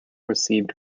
received